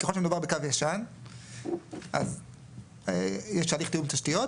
ככל שמדובר בקו ישן אז יש הליך תיאום תשתיות,